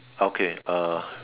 okay uh